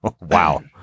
Wow